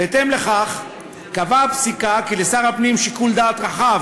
בהתאם לכך קבעה הפסיקה כי לשר הפנים שיקול דעת רחב